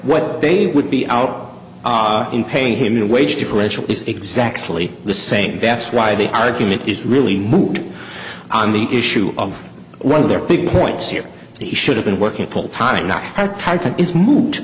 what they would be out in paying him in a wage differential is exactly the same that's why the argument is really moot on the issue of one of their big points here he should have been working full time not had time to is mo